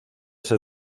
ser